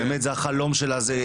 זה החלום שלה,